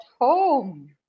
home